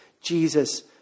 Jesus